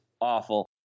awful